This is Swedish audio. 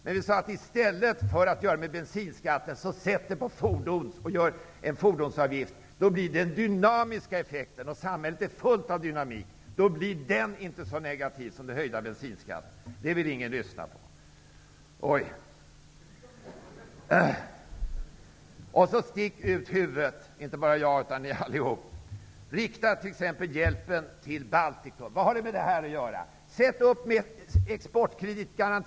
Men vi har sagt att i stället för att spara med hjälp av bensinskatten skall det införas en fordonsavgift. Då blir det en dynamisk effekt. Samhället är fullt av dynamik. Den blir inte lika negativ som en höjning av bensinskatten. Men det här förslaget vill ingen lyssna till. Stick ut huvudet! Inte bara jag, utan ni alla! Rikta hjälpen till Baltikum. ''Vad har nu det här med dagens debatt att göra?''